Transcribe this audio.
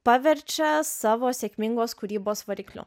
paverčia savo sėkmingos kūrybos varikliu